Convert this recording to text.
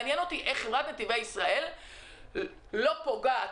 מעניין אותי איך חברת ישראל לא פוגעת